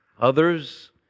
others